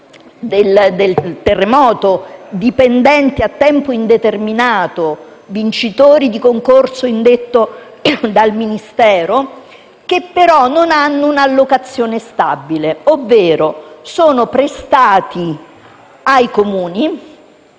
al terremoto, dipendenti a tempo indeterminato, vincitori di concorso indetto dal Ministero, che però non hanno un'allocazione stabile, ovvero sono prestati ai Comuni